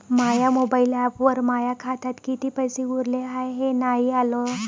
माया mobile ॲपवर माया खात्यात किती पैसे उरले हाय हे नाही आलं